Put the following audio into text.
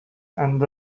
and